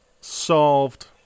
Solved